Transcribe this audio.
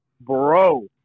bro